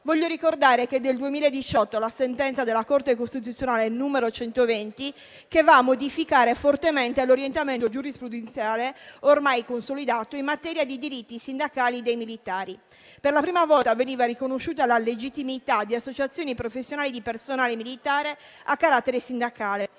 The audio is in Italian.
Voglio ricordare che è del 2018 la sentenza della Corte costituzionale n.120 che va a modificare l'orientamento giurisprudenziale ormai consolidato in materia di diritti sindacali dei militari. Per la prima volta veniva riconosciuta la legittimità di associazioni professionali di personale militare a carattere sindacale.